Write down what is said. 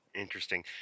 Interesting